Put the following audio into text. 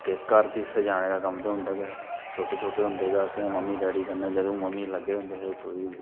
ते घार गी सजाने दा कम्म ते होंदा गै छोटे छोटे होंदे हे अस मम्मी डैडी कन्नै अस मम्मी लगेदे होंदे हे कोई